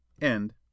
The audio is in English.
end